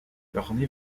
corneille